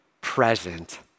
present